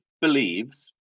believes